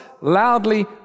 loudly